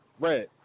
Red